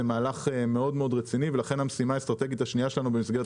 זה מהלך מאוד רציני ולכן המשימה האסטרטגית השנייה שלנו במסגרת